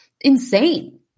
insane